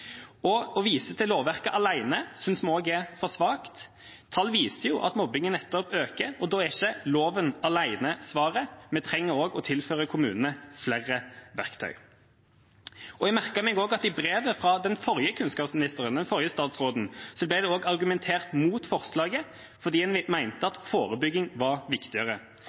Å vise til lovverket alene synes vi også er for svakt. Tallene viser jo at mobbingen øker, og da er ikke loven alene svaret. Vi trenger også å tilføre kommunene flere verktøy. Jeg merket meg også at i brevet fra den forrige kunnskapsministeren, den forrige statsråden, ble det argumentert mot forslaget fordi en mente at forebygging var viktigere.